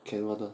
can [one]